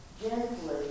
gently